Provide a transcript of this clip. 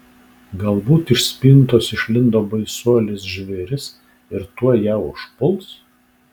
galbūt iš spintos išlindo baisuolis žvėris ir tuoj ją užpuls